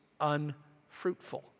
unfruitful